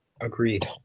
Agreed